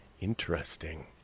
Interesting